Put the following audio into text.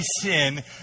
sin